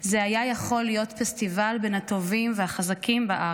זה היה יכול להיות פסטיבל בין הטובים והחזקים בארץ.